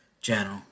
channel